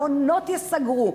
מעונות ייסגרו,